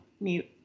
Mute